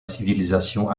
civilisation